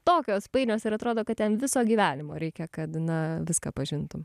tokios painios ir atrodo kad ten viso gyvenimo reikia kad na viską pažintum